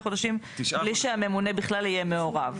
חודשים בלי שהממונה בכלל יהיה מעורב.